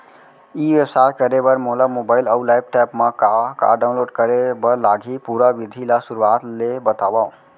ई व्यवसाय करे बर मोला मोबाइल अऊ लैपटॉप मा का का डाऊनलोड करे बर लागही, पुरा विधि ला शुरुआत ले बतावव?